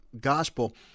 gospel